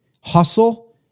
hustle